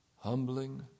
Humbling